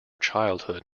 childhood